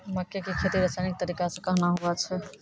मक्के की खेती रसायनिक तरीका से कहना हुआ छ?